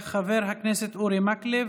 חבר הכנסת אורי מקלב,